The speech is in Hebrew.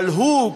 אבל הוא,